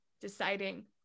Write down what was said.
deciding